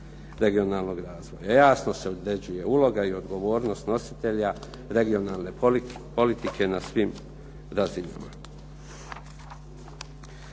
regionalnog razvoja. Jasno se određuje uloga i odgovornost nositelja regionalne politike na svim razinama.